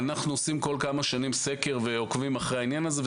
אנחנו עושים כל כמה שנים סקר ועוקבים אחרי העניין הזה,